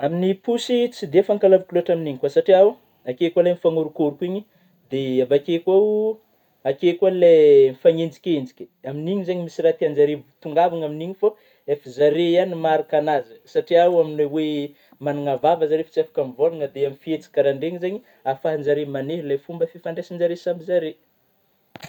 Amin'ny posy tsy de fangalaviko lôatra amin'ny koa oh, satriao akeo koa ilay mifanôrokôroka igny. Dia avy akeo koa, akeo koa le mifagnenjikenjka, amin'iny zegny misy raha tianjare atongavana amin'iny fô, efa zare ihany maharaka an'azy, satriao amin'ilay oe magnagna vava zareo fa tsy afaka mivolagna dia fihetsika karanjegny zaigny afahanjare maneho le fomba fifandraisan'ny zareo samy zareo.